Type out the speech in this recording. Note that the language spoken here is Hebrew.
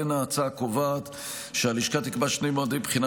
כמו כן ההצעה קובעת שהלשכה תקבע שני מועדי בחינה